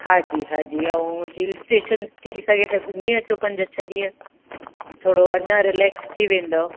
हा जी हा जी अऊं हील स्टेशन थी सघे त घुमी अचो पंज छह ॾींअं थोड़ो अञा रिलैक्स थी वेंदो